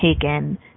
taken